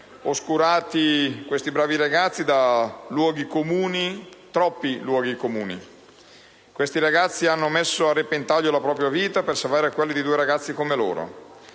oscurati da luoghi comuni, troppi luoghi comuni. Questi ragazzi hanno messo a repentaglio la propria vita per salvare quella di due ragazzi come loro.